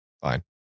Fine